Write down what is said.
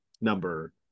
number